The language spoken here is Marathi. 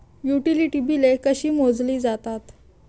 युटिलिटी बिले कशी मोजली जातात?